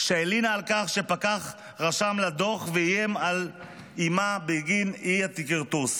שהלינה על כך שפקח רשם לה דוח ואיים על אימה בגין אי-כרטוס.